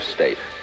state